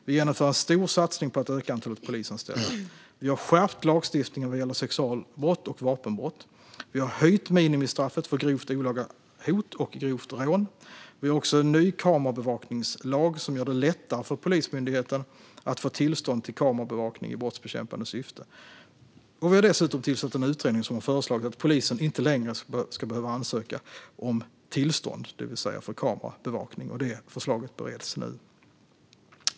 Vi genomför en stor satsning på att öka antalet polisanställda. Vi har skärpt lagstiftningen vad gäller sexualbrott och vapenbrott. Vi har höjt minimistraffet för grovt olaga hot och grovt rån. Vi har också en ny kamerabevakningslag som gör det lättare för Polismyndigheten att få tillstånd till kamerabevakning i brottsbekämpande syfte. Vi har dessutom tillsatt en utredning som har föreslagit att polisen inte längre ska behöva ansöka om tillstånd, det vill säga för kamerabevakning. Det förslaget bereds nu.